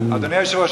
אדוני היושב-ראש,